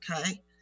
Okay